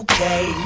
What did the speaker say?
Okay